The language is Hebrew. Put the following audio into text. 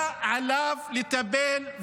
היה עליו לטפל,